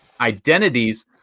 identities